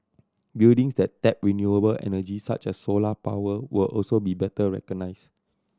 buildings that tap renewable energy such as solar power will also be better recognised